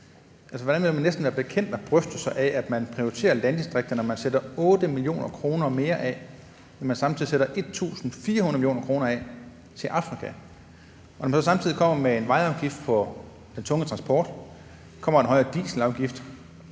Hvordan vil man næsten være bekendt at bryste sig af, at man prioriterer landdistrikterne ved at sætte 8 mio. kr. mere af, når man samtidig sætter 1.400 mio. kr. af til Afrika? Når man så samtidig kommer med en vejafgift på den tunge transport, en højere dieselafgift